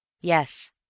Yes